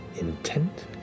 intent